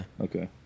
Okay